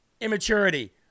Immaturity